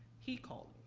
he called,